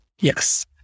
Yes